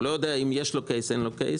הוא לא יודע אם יש לו קייס או אין לא קייס,